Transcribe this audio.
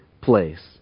place